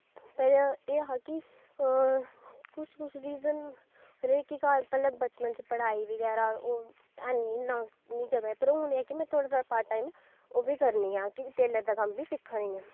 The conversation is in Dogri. ते एह् हा कि कुछ कुछ रिज़न रेह् कि घर पैह्लै बचपन च पढ़ाई बगैरा ऐनी इन्ना पर हून में थोह्ड़ा थोह्ड़ा पार्ट टाईम ओह् बी करनी आं कि टेल्लर दा कम्म बी सिक्खा नी आं